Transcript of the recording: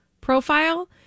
profile